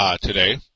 today